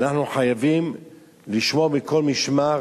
אנחנו חייבים לשמור מכל משמר